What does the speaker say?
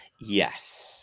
Yes